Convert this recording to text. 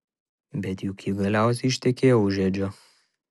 bet juk ji galiausiai ištekėjo už edžio